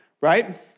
right